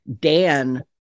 dan